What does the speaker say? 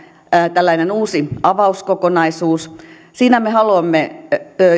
tällainen uusi avauskokonaisuus siinä me haluamme